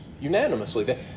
unanimously